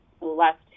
left